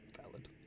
Valid